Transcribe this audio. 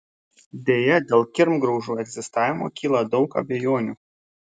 deja dėl kirmgraužų egzistavimo kyla daug abejonių